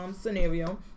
scenario